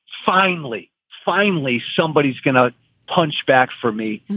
finally, finally, somebody is going to punch back for me,